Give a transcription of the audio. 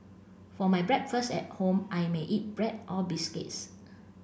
for my breakfast at home I may eat bread or biscuits